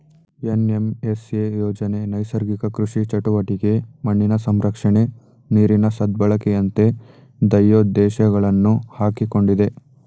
NMSA ಯೋಜನೆ ನೈಸರ್ಗಿಕ ಕೃಷಿ ಚಟುವಟಿಕೆ, ಮಣ್ಣಿನ ಸಂರಕ್ಷಣೆ, ನೀರಿನ ಸದ್ಬಳಕೆಯಂತ ಧ್ಯೇಯೋದ್ದೇಶಗಳನ್ನು ಹಾಕಿಕೊಂಡಿದೆ